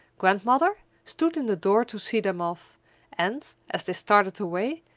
grandmother stood in the door to see them off and, as they started away,